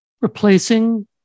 replacing